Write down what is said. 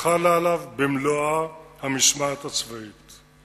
חלה עליו במלואה המשמעת הצבאית.